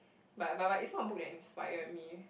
but but but it's not a book that inspired me